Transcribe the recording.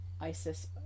Isis